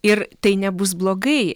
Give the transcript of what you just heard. ir tai nebus blogai